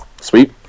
Sweet